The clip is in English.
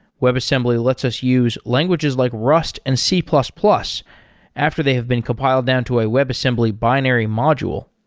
webassembly lets us use languages like rust and c plus plus after they have been compiled down to a webassembly binary module.